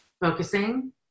Focusing